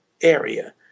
area